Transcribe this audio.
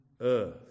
earth